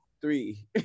three